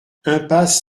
impasse